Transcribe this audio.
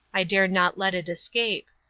i dare not let it escape.